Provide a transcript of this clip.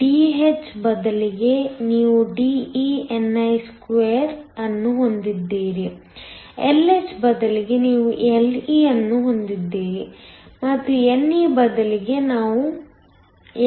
Dh ಬದಲಿಗೆ ನೀವು De ni2 ಅನ್ನು ಹೊಂದಿದ್ದೀರಿ Lh ಬದಲಿಗೆ ನೀವು Le ಅನ್ನು ಹೊಂದಿರುತ್ತೀರಿ ಮತ್ತು ne ಬದಲಿಗೆ ನೀವು NA ಅನ್ನು ಹೊಂದಿರುತ್ತೀರಿ